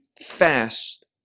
fast